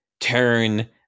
turn